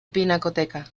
pinacoteca